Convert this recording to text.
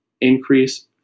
increase